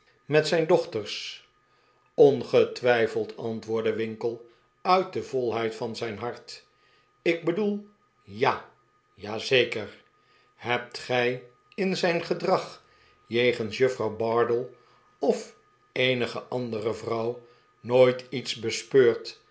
met zijn dochters r ongetwijfeld antwoordde winkle uit de volheid van zijn hart ik bedoel ja ja zeker hebt gij in zijn gedrag jegens juffrouw bardell of eenige andere vrouw nooit iets bespeurd